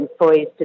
employees